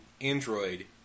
Android